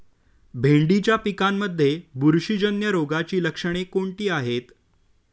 भेंडीच्या पिकांमध्ये बुरशीजन्य रोगाची लक्षणे कोणती आहेत?